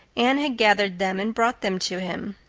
anne had gathered them and brought them to him,